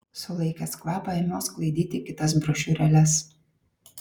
sulaikęs kvapą ėmiau sklaidyti kitas brošiūrėles